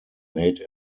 made